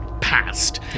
past